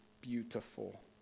beautiful